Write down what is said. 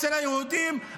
אצל היהודים,